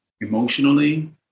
emotionally